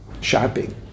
Shopping